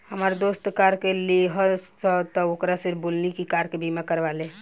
हामार दोस्त कार लेहलस त ओकरा से बोलनी की कार के बीमा करवा ले